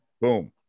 Boom